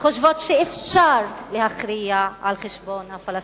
חושבות שאפשר להכריע על-חשבון הפלסטינים.